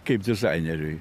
kaip dizaineriui